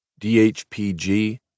DHPG